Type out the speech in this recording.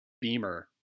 beamer